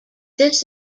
this